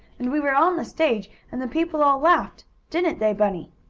and we were on the stage, and the people all laughed didn't they bunny?